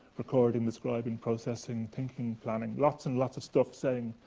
recording, describing, processing, thinking, planning lots and lots of stuff saying,